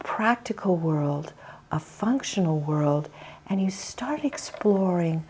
practical world a functional world and you start exploring